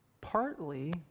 Partly